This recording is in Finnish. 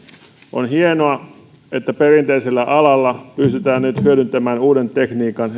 on hienoa että perinteisellä alalla pystytään nyt hyödyntämään uuden tekniikan